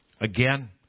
again